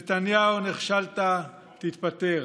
נתניהו, נכשלת, תתפטר.